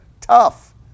Tough